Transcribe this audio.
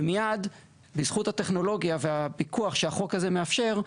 ומיד בזכות הטכנולוגיה והפיקוח שהחוק הזה מאפשר,